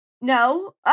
no